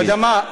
אתה יודע מה?